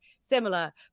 similar